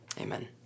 Amen